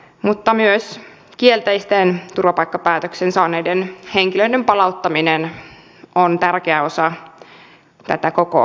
mutta myös kielteisen turvapaikkapäätöksen saaneiden henkilöiden palauttaminen on tärkeä osa tätä koko kokonaisuutta